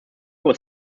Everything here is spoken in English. was